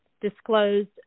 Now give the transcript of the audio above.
disclosed